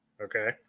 okay